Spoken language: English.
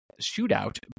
shootout